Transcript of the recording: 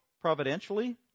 providentially